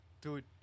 Dude